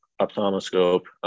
ophthalmoscope